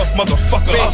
Motherfucker